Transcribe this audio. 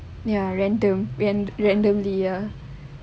ya random randomly ya